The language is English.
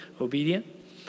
obedient